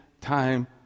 time